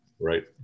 right